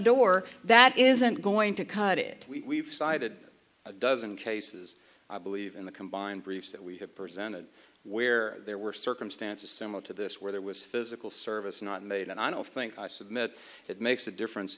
door that isn't going to cut it we decided a dozen cases i believe in the combined briefs that we have presented where there were circumstances similar to this where there was physical service not made and i don't think i submit that makes a difference